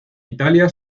italia